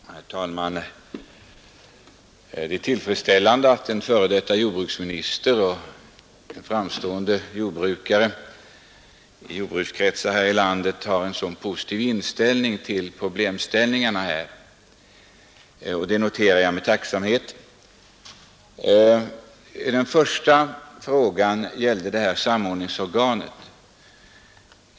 Herr talman! Det är tillfredsställande att en f. d. jordbruksminister och en i jordbrukskretsar här i landet så framstående jordbrukare har en så positiv inställning till problemen. Jag noterar detta med tacksamhet. Den första frågan gällde samordningsorganet.